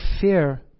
fear